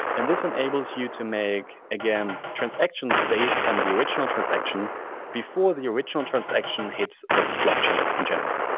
and this enables you to make, again, transactions based on the original transaction before the original transaction hits the blockchain in general,